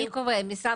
המשרד